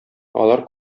алар